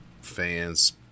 fans